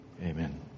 Amen